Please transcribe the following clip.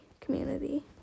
community